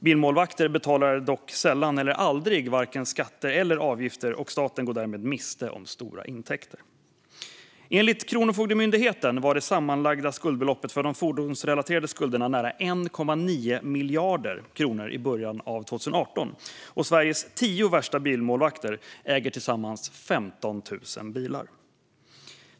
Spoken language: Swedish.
Bilmålvakter betalar dock sällan eller aldrig vare sig skatter eller avgifter, och staten går därmed miste om stora intäkter. Enligt Kronofogdemyndigheten var det sammanlagda beloppet för de fordonsrelaterade skulderna nära 1,9 miljarder kronor i början av 2018, och Sveriges tio värsta bilmålvakter äger tillsammans 15 000 bilar.